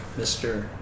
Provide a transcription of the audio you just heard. Mr